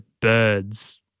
birds